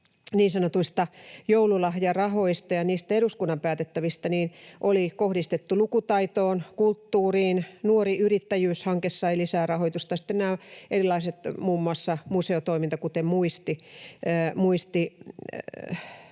niin sanotuista joululahjarahoista ja niistä eduskunnan päätettävistä oli kohdistettu lukutaitoon ja kulttuuriin. Nuori Yrittäjyys ‑hanke sai lisää rahoitusta, ja sitten nämä erilaiset, muun muassa museotoiminta, kuten Muisti-museo,